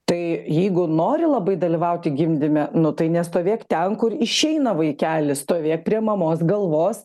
tai jeigu nori labai dalyvauti gimdyme nu tai nestovėk ten kur išeina vaikelis stovėk prie mamos galvos